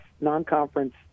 non-conference